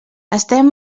estem